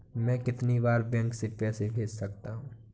मैं कितनी बार बैंक से पैसे भेज सकता हूँ?